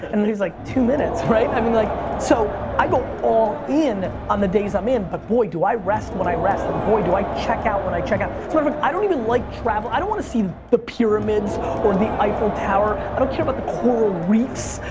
and he's like, two minutes, right? i mean like so i go all in on the days i'm in, but boy, do i rest when i rest. and boy, do i check out when i check out. sort of like i don't even like travel. i don't want the pyramids of the eiffel tower, i don't care about the coral reefs.